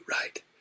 right